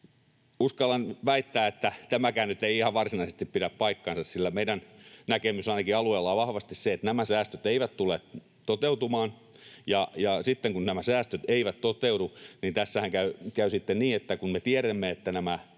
uskallan väittää, että tämäkään nyt ei ihan varsinaisesti pidä paikkaansa, sillä meidän näkemys ainakin alueella on vahvasti se, että nämä säästöt eivät tule toteutumaan. Ja sitten kun nämä säästöt eivät toteudu, niin tässähän käy niin, että kun me tiedämme, että nämä